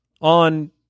on